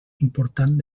important